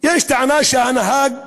יש טענה שהנהג